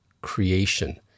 creation